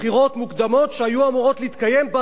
שהיו אמורות להתקיים ב-4 בספטמבר.